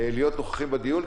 להיות נוכחים בדיון,